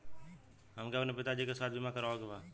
हमके अपने पिता जी के स्वास्थ्य बीमा करवावे के बा?